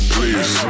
Please